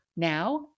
now